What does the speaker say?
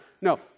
No